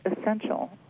essential